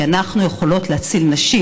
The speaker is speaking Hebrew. כי אנחנו יכולות להציל נשים.